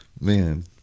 Man